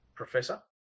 Professor